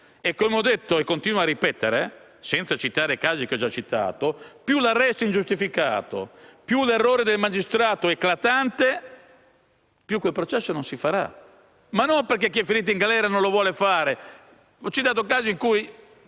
Come ho detto e continuo a ripetere, senza citare casi da me già riportati, più l'arresto è ingiustificato, più l'errore del magistrato è eclatante, più quel processo non si farà. E questo non perché chi è finito in galera non vuole più che si tenga il